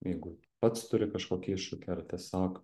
jeigu pats turi kažkokį iššūkį ar tiesiog